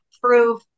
prove